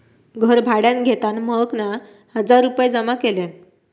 घर भाड्यान घेताना महकना हजार रुपये जमा केल्यान